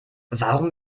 warum